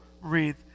wreath